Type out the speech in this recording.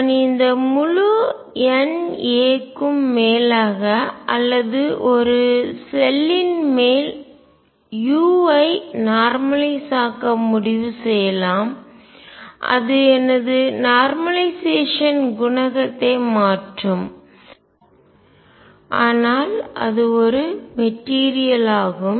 நான் இந்த முழு N a க்கும் மேலாக அல்லது ஒரு செல்லில் மேல் u ஐ நார்மலய்ஸ் ஆக்க முடிவு செய்யலாம் அது எனது நார்மலைசேஷன் குணகத்தை மாற்றும் ஆனால் அது ஒரு மெட்டீரியல் ஆகும்